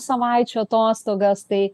savaičių atostogas tai